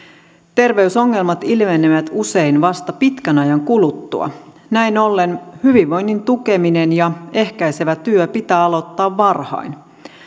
terveysongelmat ilmenevät usein vasta pitkän ajan kuluttua näin ollen hyvinvoinnin tukeminen ja ehkäisevä työ pitää aloittaa varhain